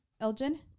Elgin